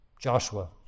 Joshua